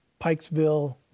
Pikesville